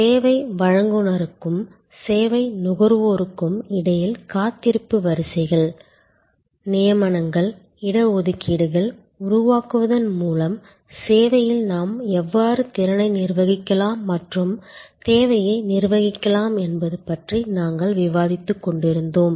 சேவை வழங்குநருக்கும் சேவை நுகர்வோருக்கும் இடையில் காத்திருப்பு வரிசைகள் வரிசைகள் நியமனங்கள் இட ஒதுக்கீடுகளை உருவாக்குவதன் மூலம் சேவையில் நாம் எவ்வாறு திறனை நிர்வகிக்கலாம் மற்றும் தேவையை நிர்வகிக்கலாம் என்பது பற்றி நாங்கள் விவாதித்துக்கொண்டிருந்தோம்